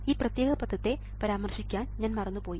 ഈ പ്രത്യേക പദത്തെ പരാമർശിക്കാൻ ഞാൻ മറന്നുപോയി